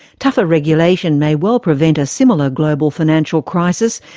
tougher regulation may well prevent a similar global financial crisis,